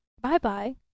Bye-bye